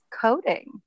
coding